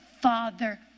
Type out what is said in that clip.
Father